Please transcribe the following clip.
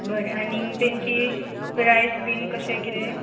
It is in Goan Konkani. बरें आनी तेंची प्रायस बीन कशें किदें